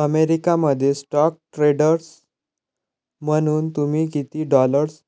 America मध्ये stock trader म्हणून तुम्ही किती डॉलर्स